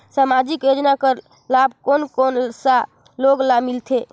समाजिक योजना कर लाभ कोन कोन सा लोग ला मिलथे?